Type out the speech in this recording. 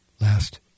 Last